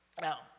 Now